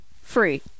free